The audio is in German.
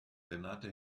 renate